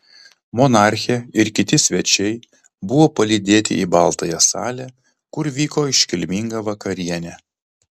monarchė ir kiti svečiai buvo palydėti į baltąją salę kur vyko iškilminga vakarienė